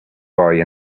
boy